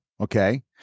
Okay